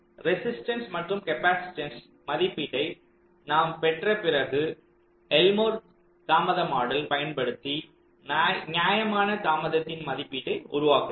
resistance மற்றும் capacitance மதிப்பீட்டை நாம் பெற்ற பிறகு எல்மோர் தாமத மாடல் பயன்படுத்தி நியாயமான தாமதத்தின் மதிப்பீட்டை உருவாக்கலாம்